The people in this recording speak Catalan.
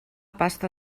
pasta